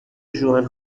ژوئن